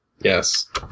Yes